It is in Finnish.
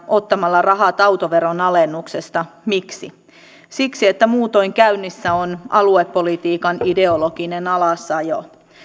ottamalla rahat autoveron alennuksesta miksi siksi että muutoin käynnissä on aluepolitiikan ideologinen alasajo